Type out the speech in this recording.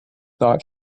thought